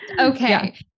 Okay